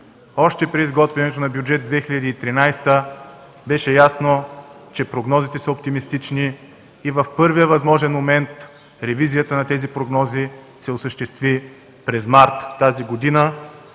Още при изготвянето на Бюджет 2013 беше ясно, че прогнозите са оптимистични и в първия възможен момент ревизията на тези прогнози се осъществи – през март тази година,